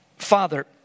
Father